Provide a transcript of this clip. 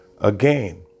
Again